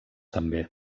també